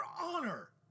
Honor